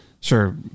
sure